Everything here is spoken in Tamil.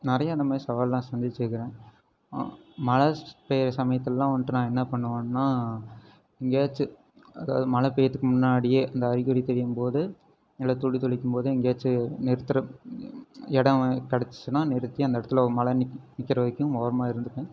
நிறையா இந்தமாதிரி சவாலெலாம் சந்திச்சுருக்குறேன் மழை பெய்கிற சமயத்திலலாம் வந்துட்டு நான் என்ன பண்ணுவேன்னால் எங்கையாச்சு அதாவது மழை பெய்யுறதுக்கு முன்னாடியே இந்த அறிகுறி தெரியும் போது நல்லா துளி தெளிக்கும் போதும் எங்கையாச்சும் நிறுத்துகிற இடம் கெடைச்சிச்சின்னா நிறுத்தி அந்த இடத்துல மழை நி நிற்கிற வரைக்கும் ஓரமாக இருந்துக்குவேன்